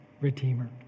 redeemer